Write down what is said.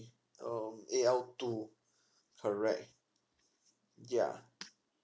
um A L two correct yeah